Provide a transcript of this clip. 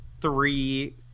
three